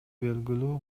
белгилүү